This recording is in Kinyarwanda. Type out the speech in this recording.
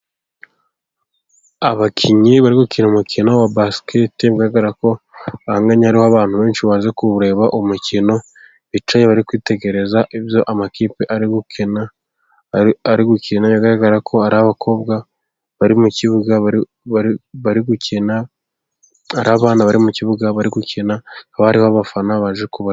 Abakinnyi bari gukina umukino wa basikete. Bigaragara ko bahanganye, ari abantu benshi baje kuwureba umukino. Bicaye, bari kwitegereza ibyo amakipe ari gukina. Ari gukina, bigaragara ko ari abakobwa bari mu kibuga bari gukina. Ari abana bari mu kibuga bari gukina. Hakaba hariho, abafana baje kubafana.